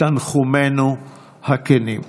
את תנחומינו הכנים.